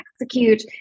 execute